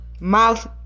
mouth